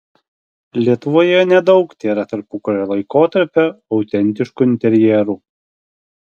lietuvoje nedaug tėra tarpukario laikotarpio autentiškų interjerų